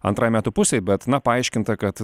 antrai metų pusei bet na paaiškinta kad